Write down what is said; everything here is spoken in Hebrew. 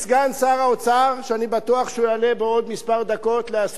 שאני בטוח שהוא יעלה בעוד דקות מספר להסביר את עמדת הממשלה,